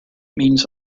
means